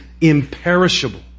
imperishable